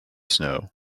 snow